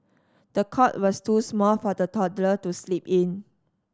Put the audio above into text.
the cot was too small for the toddler to sleep in